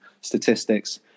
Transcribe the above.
statistics